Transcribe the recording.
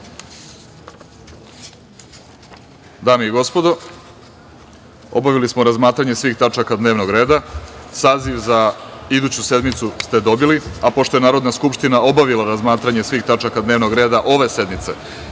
i gospodo, obavili smo razmatranje svih tačaka Dnevnog reda. Saziv za iduću sednicu ste dobili, a pošto je Narodna skupština obavila razmatranje svih tačaka Dnevnog reda ove sednice